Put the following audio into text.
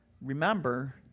remember